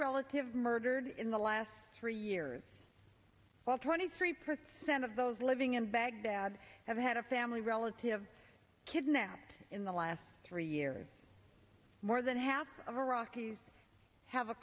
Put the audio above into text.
relative murdered in the last three years while twenty three percent of those living in baghdad have had a family relative kidnapped in the last three years more than half of iraqis have a